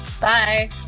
Bye